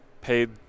paid